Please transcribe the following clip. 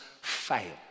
fail